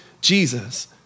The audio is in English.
Jesus